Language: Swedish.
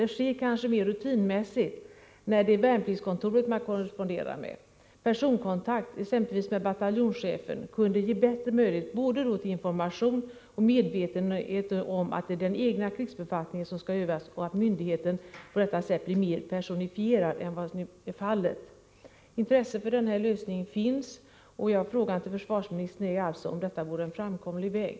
Det sker kanske mera rutinmässigt när det är värnpliktskontoret man korresponderar med. Personkontakt, exempelvis med bataljonschefen, kunde ge bättre möjlighet till information och medvetenhet om att det är den egna krigsbefattningen som skall övas. Myndigheten blir på detta sätt mer personifierad än som nu är fallet. Intresse för den här lösningen finns. Min fråga till försvarsministern är alltså om detta vore en framkomlig väg.